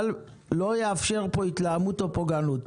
אבל לא אאפשר פה התלהמות או פוגענות.